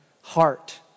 heart